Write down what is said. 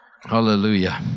Hallelujah